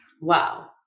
Wow